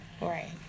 Right